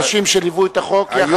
אנשים שליוו את החוק יחד אתך.